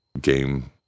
game